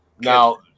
Now